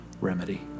Remedy